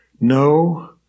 No